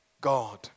God